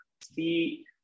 see